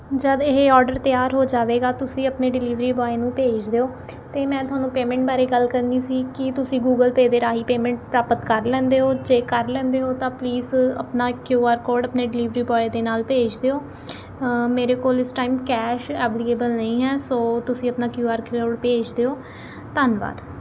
ਜਦ ਇਹ ਔਡਰ ਤਿਆਰ ਹੋ ਜਾਵੇਗਾ ਤੁਸੀਂ ਆਪਣੇ ਡਿਲੀਵਰੀ ਬੋਆਏ ਨੂੰ ਭੇਜ ਦਿਓ ਅਤੇ ਮੈਂ ਤੁਹਾਨੂੰ ਪੇਮੈਂਟ ਬਾਰੇ ਗੱਲ ਕਰਨੀ ਸੀ ਕਿ ਤੁਸੀਂ ਗੂਗਲ ਪੇ ਦੇ ਰਾਹੀਂ ਪੇਮੈਂਟ ਪ੍ਰਾਪਤ ਕਰ ਲੈਂਦੇ ਹੋ ਜੇ ਕਰ ਲੈਂਦੇ ਹੋ ਤਾਂ ਪਲੀਜ਼ ਆਪਣਾ ਕਿਊ ਆਰ ਕੋਡ ਆਪਣੇ ਡਿਲੀਵਰੀ ਬੋਆਏ ਦੇ ਨਾਲ ਭੇਜ ਦਿਓ ਮੇਰੇ ਕੋਲ ਇਸ ਟਾਈਮ ਕੈਸ਼ ਐਵਲੀਏਬਲ ਨਹੀਂ ਹੈ ਸੋ ਤੁਸੀਂ ਆਪਣਾ ਕਿਊ ਆਰ ਕੋਡ ਭੇਜ ਦਿਓ ਧੰਨਵਾਦ